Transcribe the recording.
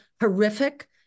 horrific